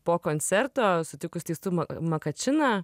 po koncerto sutikus teistum makačiną